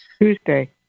Tuesday